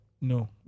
No